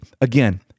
Again